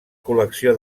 col·lecció